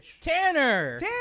Tanner